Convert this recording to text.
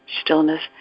stillness